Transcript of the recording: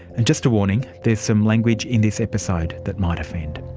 and just a warning, there's some language in this episode that might offend.